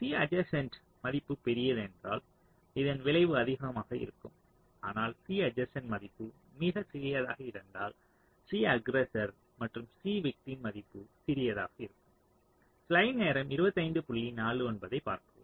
C adjustment மதிப்பு பெரியது என்றால் இதன் விளைவு அதிகமாக இருக்கும் ஆனால் C அட்ஜர்ஸ்ன்ட் மதிப்பு மிகச் சிறியதாக இருந்தால் V அஃகிரெஸ்ஸர் மற்றும் V விக்டிம் மதிப்பு சிறியதாக மாறும்